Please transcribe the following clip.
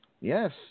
Yes